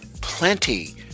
plenty